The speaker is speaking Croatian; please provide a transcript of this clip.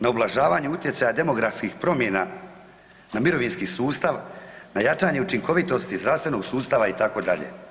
Na ublažavanje utjecaja demografskih promjena na mirovinski sustav, na jačanje učinkovitosti zdravstvenog sustava itd.